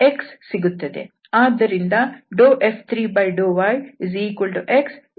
ಆದ್ದರಿಂದ F3∂yxF2∂z